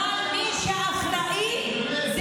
אבל שאנשים חפים מפשע,